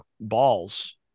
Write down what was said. balls